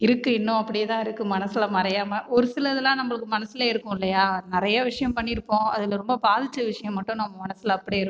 இருக்கும் இன்னும் அப்படியே தான் இருக்குது மனதில் மறையாமல் ஒருசிலதுளி நம்பளுக்கு மனசுலே இருக்கும் இல்லையா நெறையா விஷயம் பண்ணிருப்போம் அதில் ரொம்ப பாதித்த விஷயம் மட்டும் நம்ப மனசுல அப்படியே இருக்கும்